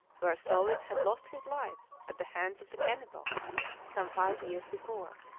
where solis had lost his life at the hands of the cannibals some five years before.